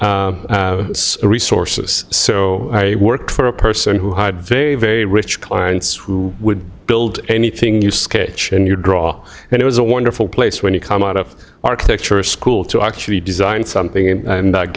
on resources so i worked for a person who had very very rich clients who would build anything you sketch in your draw and it was a wonderful place when you come out of architecture school to actually design something and